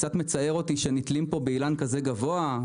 קצת מצער אותי שנתלים פה באילן כזה "גבוה".